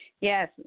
Yes